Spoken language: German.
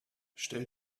stell